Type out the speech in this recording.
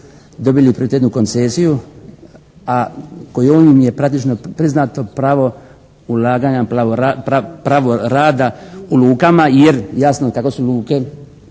dobili prioritetnu koncesiju, a kojom je praktično priznato pravo ulaganja, pravo rada u lukama. Jer jasno, tako su luke